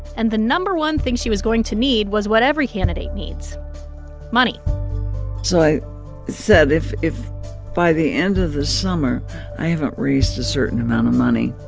and the no. one thing she was going to need was what every candidate needs money so i said, if if by the end of the summer i haven't raised a certain amount of money